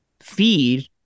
feed